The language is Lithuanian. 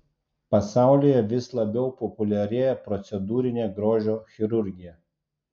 pasaulyje vis labiau populiarėja procedūrinė grožio chirurgija